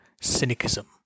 cynicism